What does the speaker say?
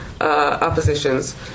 oppositions